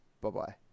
Bye-bye